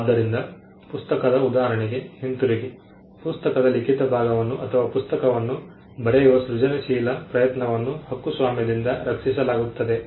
ಆದ್ದರಿಂದ ಪುಸ್ತಕದ ಉದಾಹರಣೆಗೆ ಹಿಂತಿರುಗಿ ಪುಸ್ತಕದ ಲಿಖಿತ ಭಾಗವನ್ನು ಅಥವಾ ಪುಸ್ತಕವನ್ನು ಬರೆಯುವ ಸೃಜನಶೀಲ ಪ್ರಯತ್ನವನ್ನು ಹಕ್ಕುಸ್ವಾಮ್ಯದಿಂದ ರಕ್ಷಿಸಲಾಗುತ್ತದೆ